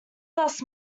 thus